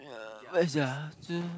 uh where's ya two